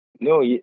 No